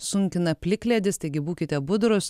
sunkina plikledis taigi būkite budrūs